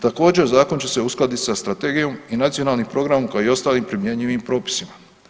Također zakon će se uskladiti sa strategijom i nacionalnim programom kao i ostalim primjenjivim propisima.